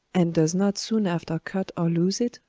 and does not soon after cut or loose it,